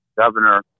governor